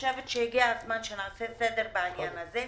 הגיע הזמן שנעשה סדר בעניין הזה.